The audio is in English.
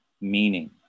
meaning